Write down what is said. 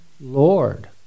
Lord